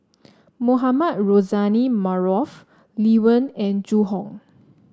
Mohamed Rozani Maarof Lee Wen and Zhu Hong